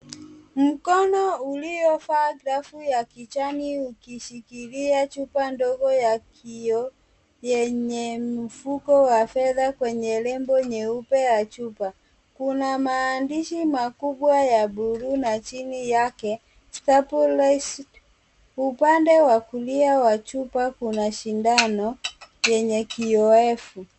Mkono uliovaa glavu ya kijani ukishikilia chupa ndogo ya kioo yenye mfuko wa fedha kwenye nembo nyeupe ya chupa. Kuna maandishi makubwa ya buluu na chini yake stabulized .Upande wa kulia wa chupa kuna sindano yenye kioevu.